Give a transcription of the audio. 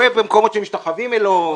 הוא אוהב במקומות שמשתחווים לו.